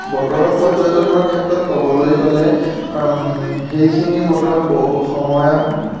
বতৰৰ পৰ্যটনৰ ক্ষেত্ৰত ক'বলৈ গ'লে সেইখিনি বতৰ বহু সময়ত